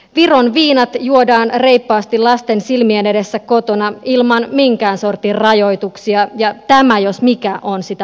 viron viinat juodaan reippaasti lasten silmien edessä kotona ilman minkään sortin rajoituksia ja tämä jos mikä on sitä mainontaa